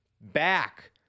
back